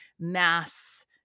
mass